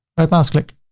right-mouse-click,